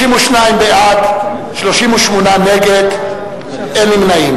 62, נגד, 38, אין נמנעים.